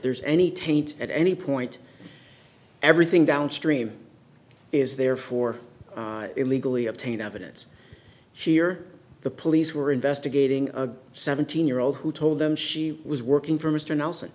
there's any taint at any point everything downstream is there for illegally obtained evidence here the police were investigating a seventeen year old who told them she was working for mr nelson